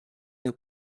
nous